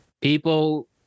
people